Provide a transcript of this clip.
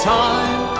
time